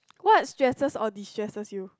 what stresses or destresses you